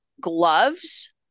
gloves